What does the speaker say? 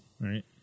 right